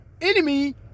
enemy